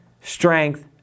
strength